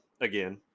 again